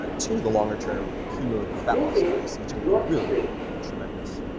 ah to the longer term cumulative fat loss effects, which can be really tremendous,